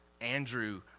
Andrew